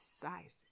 sizes